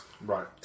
Right